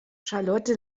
charlotte